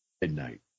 midnight